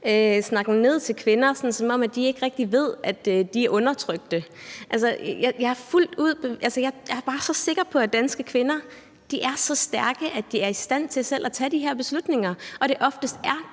snakken ned til kvinder, som om de ikke rigtig ved, at de er undertrykt. Jeg er bare så sikker på, at danske kvinder er så stærke, at de er i stand til selv at tage de her beslutninger, og at det oftest er